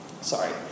sorry